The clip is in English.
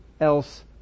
else